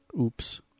oops